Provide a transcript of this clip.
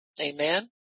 Amen